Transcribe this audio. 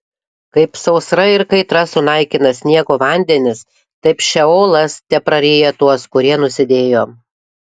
kaip sausra ir kaitra sunaikina sniego vandenis taip šeolas tepraryja tuos kurie nusidėjo